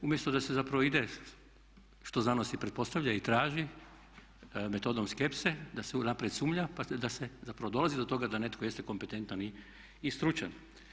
Umjesto da se zapravo ide, što znanost i pretpostavlja i traži, metodom skepse, da se unaprijed sumnja pa da se zapravo dolazi do toga da netko jeste kompetentan i stručan.